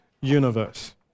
universe